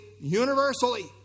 universally